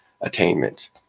attainment